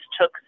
took